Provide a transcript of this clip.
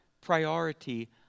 priority